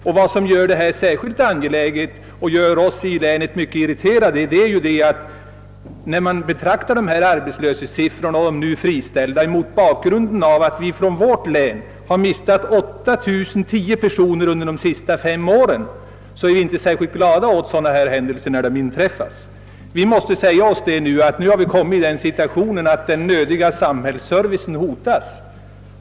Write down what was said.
Något som gör denna fråga särskilt angelägen och gör oss i länet mycket irriterade är att antalet arbetslösa och antalet friställda måste ses mot bhbakgrunden av det förhållandet, att vi från vårt län har mistat 8 010 personer tnder de senaste fem åren. Vi är alltså inte särskilt glada åt dylika händelser. Vi måste säga oss att vi nu har kommit i den situationen att den nödvändiga samhällsservicen hotas.